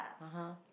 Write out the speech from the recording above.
(uh huh)